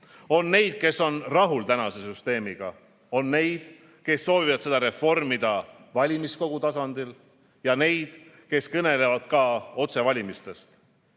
On neid, kes on rahul tänase süsteemiga. On neid, kes soovivad seda reformida valimiskogu tasandil, ja neid, kes kõnelevad otsevalimistest.